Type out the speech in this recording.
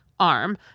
arm